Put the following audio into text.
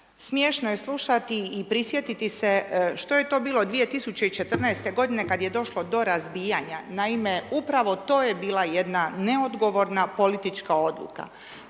Smješno je slušati i prisjetiti se što je to bilo 2014. g. kada je došlo do razbijanja, naime, upravo to je bila jedna neodgovorna politička odluka.